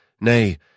Nay